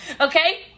Okay